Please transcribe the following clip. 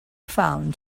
found